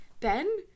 Ben